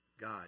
God